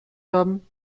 haben